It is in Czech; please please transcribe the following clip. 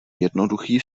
jednoduchý